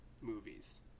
movies